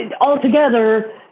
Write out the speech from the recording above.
altogether